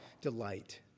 delight